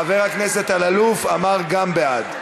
חבר הכנסת אלאלוף אמר גם: בעד.